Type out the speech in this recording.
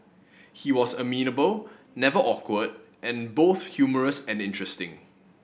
he was amenable never awkward and both humorous and interesting